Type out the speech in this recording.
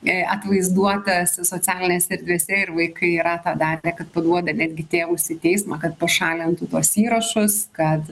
e atvaizduotas socialinėse erdvėse ir vaikai yra ta darę kad paduoda netgi tėvus į teismą kad pašalintų tuos įrašus kad